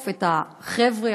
ומשפט אחד,